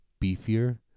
beefier